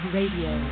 Radio